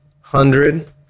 hundred